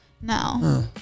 No